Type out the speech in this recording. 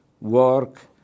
work